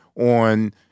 on